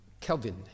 Kelvin